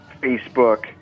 Facebook